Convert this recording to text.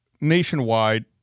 nationwide